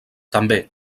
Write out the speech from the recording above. també